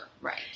Right